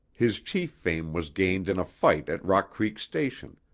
his chief fame was gained in a fight at rock creek station,